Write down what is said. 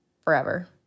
Forever